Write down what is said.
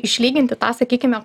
išlyginti tą sakykime